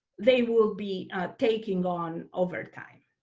they will be taking on overtime.